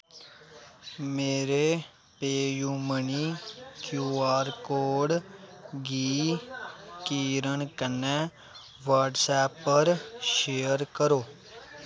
मेरे PayUmoney QR code गी किरण कन्नै व्हाट्सऐप पर शेयर करो